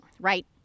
right